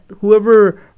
whoever